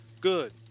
Good